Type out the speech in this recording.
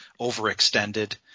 overextended